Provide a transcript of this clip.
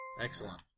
Excellent